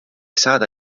saada